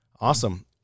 awesome